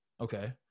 Okay